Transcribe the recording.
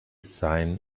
sign